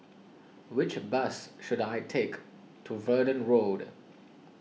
which bus should I take to Verdun Road